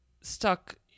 stuck